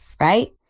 right